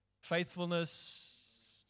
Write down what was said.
faithfulness